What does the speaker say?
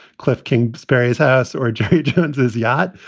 cliff king experience house or jake jones's yacht.